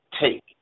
Take